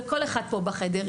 וכל אחד פה בחדר,